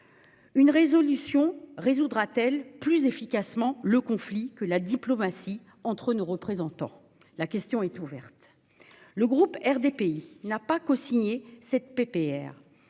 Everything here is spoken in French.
Une résolution réglera-t-elle plus efficacement le conflit que la diplomatie entre nos représentants ? La question est ouverte. Le groupe RDPI n'a pas cosigné cette